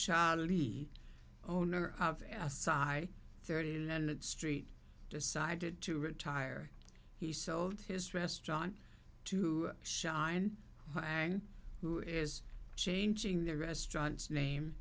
charlie owner of a side third in the street decided to retire he sold his restaurant to shine who is changing the restaurant's name